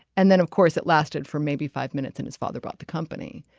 and then of course it lasted for maybe five minutes and his father bought the company.